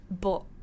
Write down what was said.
but-